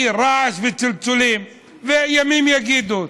היא רעש וצלצולים, וימים יגידו.